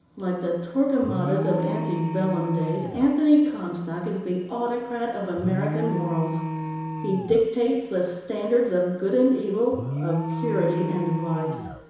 like the torquemadas of ante-bellum days, anthony comstock is the autocrat of american morals he dictates the standards of good and evil, of purity and vice.